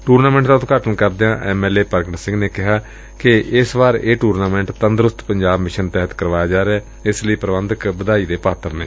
tournament ਦਾ ਉਦਘਾਟਨ ਕਰਦਿਆਂ M L A Pargat Singh ਨੇ ਕਿਹਾ ਕਿ ਇਸ ਵਾਰ ਇਹ ਟੁਰਨਾਮੈਂਟ ਤੰਦਰੁਸਤ ਪੰਜਾਬ ਮਿਸ਼ਨ ਤਹਿਤ ਕਰਵਾਇਆ ਜਾ ਰਿਹੈ ਇਸ ਲਈ ਪ੍ਰੰਬਧਕ ਵਧਾਈ ਦੇ ਪਾਤਰ ਨੇ